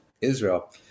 Israel